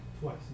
Twice